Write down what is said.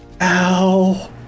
Ow